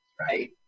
right